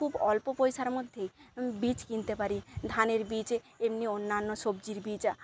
অল্প পয়সার মধ্যেই বীজ কিনতে পারি ধানের বীজ এমনি অন্যান্য সবজির বীজ